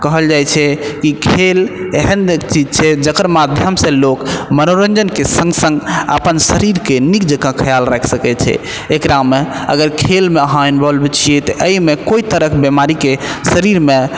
कहल जाइ छै खेल एहन चीज छै जकर माध्यमसँ लोक मनोरञ्जनके सङ्ग सङ्ग अपन शरीरके नीक जकाँ ख्याल राखि सकै छै एकरामे अगर खेलमे अहाँ इन्वॉल्व छी तऽ अहिमे कोइ तरहके बीमारीके शरीरमे